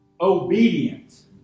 obedient